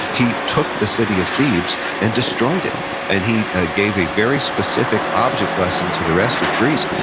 he took the city of thebes and destroyed it and he ah gave a very specific object lesson to the rest of greece,